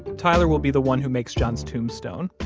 tyler will be the one who makes john's tombstone.